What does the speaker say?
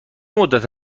مدت